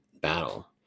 battle